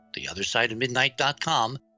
theothersideofmidnight.com